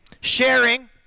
sharing